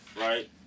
Right